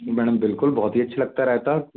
जी madam बिल्कुल बहुत ही अच्छा लगता है रायता